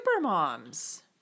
supermoms